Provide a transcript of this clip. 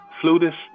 flutist